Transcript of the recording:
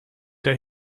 der